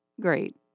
great